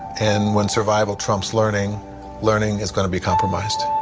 and when survival trumps learning learning is going to be compromised.